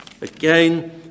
Again